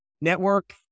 Network